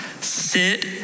Sit